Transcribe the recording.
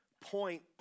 point